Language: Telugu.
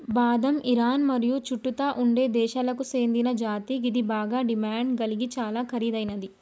బాదం ఇరాన్ మరియు చుట్టుతా ఉండే దేశాలకు సేందిన జాతి గిది బాగ డిమాండ్ గలిగి చాలా ఖరీదైనది